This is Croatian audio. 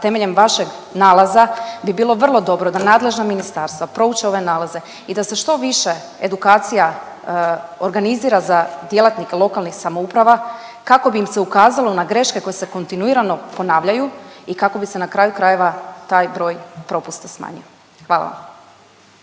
temeljem vašeg nalaza bi bilo vrlo dobro da nadležna ministarstva prouče ove nalaze i da se što više edukacija organizira za djelatnike lokalnih samouprava kako bi im se ukazalo na greške koje se kontinuirano ponavljaju i kako bi se na kraju krajeva taj broj propusta smanjio. Hvala.